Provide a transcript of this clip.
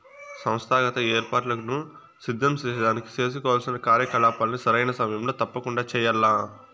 సంస్థాగత ఏర్పాట్లను సిద్ధం సేసేదానికి సేసుకోవాల్సిన కార్యకలాపాల్ని సరైన సమయంలో తప్పకండా చెయ్యాల్ల